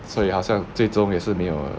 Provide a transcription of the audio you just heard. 所以好像最终也是没有